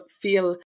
feel